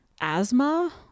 asthma